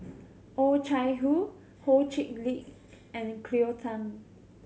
Oh Chai Hoo Ho Chee Lick and Cleo Thang